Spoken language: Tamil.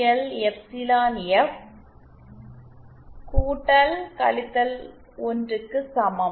எல் எப்சிலன் எஃப் 1 க்கு சமம்